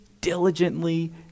diligently